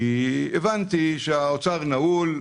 כי הבנתי שהאוצר נעול,